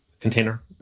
container